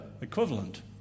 equivalent